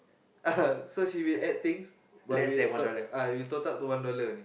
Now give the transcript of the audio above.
so she will add things but will uh will total up to one dollar only